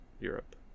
Europe